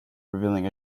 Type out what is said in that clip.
revealing